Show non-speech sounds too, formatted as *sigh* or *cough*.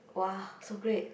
[wah] *breath* so great